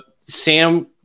Sam